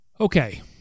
Okay